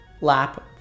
lap